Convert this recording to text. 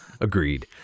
Agreed